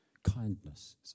Kindness